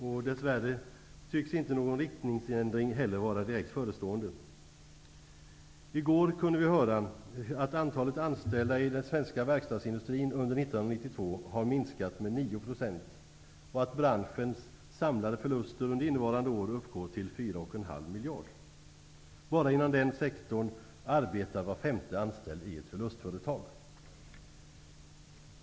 Dess värre tycks inte heller någon riktningsändring vara direkt förestående. I går kunde vi höra att antalet anställda i den svenska verkstadsindustrin under 1992 har minskat med 9 %, och att branschens samlade förluster under innevarande år uppgår till 4,5 miljarder. Bara inom denna sektor arbetar var femte anställd i ett förlustföretag.